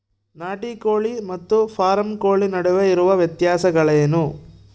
ನಾಟಿ ಕೋಳಿ ಮತ್ತು ಫಾರಂ ಕೋಳಿ ನಡುವೆ ಇರುವ ವ್ಯತ್ಯಾಸಗಳೇನು?